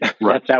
Right